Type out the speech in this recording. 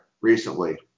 recently